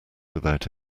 without